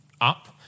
up